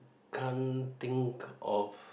can't think of